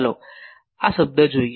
ચાલો આ પદ જોઈએ